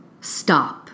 Stop